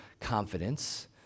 confidence